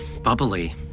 bubbly